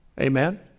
Amen